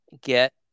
get